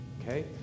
Okay